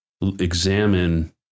examine